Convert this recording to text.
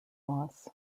loss